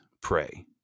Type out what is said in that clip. pray